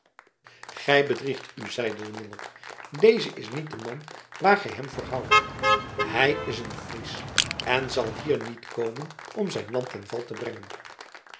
gij bedriegt u zeide de monnik deze is niet de man waar gij hem voor houdt hij is een fries en zal hier niet komen om zijn land ten val te brengen